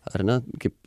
ar ne kaip